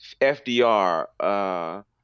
fdr